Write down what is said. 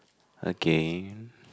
again